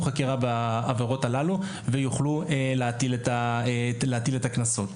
חקירה בעבירות הללו ויוכלו להטיל את הקנסות.